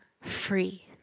free